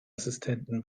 assistenten